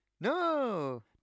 No